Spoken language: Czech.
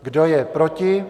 Kdo je proti?